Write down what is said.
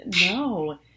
No